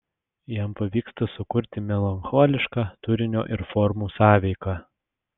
jam pavyksta sukurti melancholišką turinio ir formų sąveiką